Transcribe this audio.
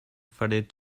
faded